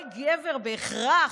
כל גבר בהכרח,